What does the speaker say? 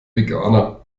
veganer